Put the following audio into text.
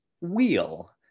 wheel